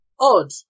odd